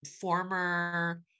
former